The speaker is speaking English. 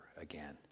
again